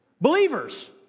Believers